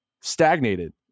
stagnated